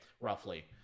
roughly